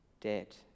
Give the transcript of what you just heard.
dead